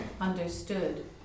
understood